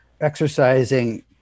exercising